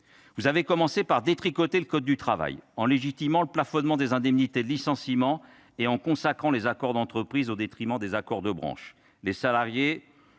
Vous avez commencé par détricoter le code du travail, en légitimant le plafonnement des indemnités de licenciement et en consacrant les accords d'entreprise au détriment des accords de branche.